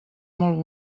molt